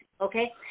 Okay